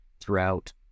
throughout